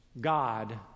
God